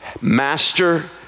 Master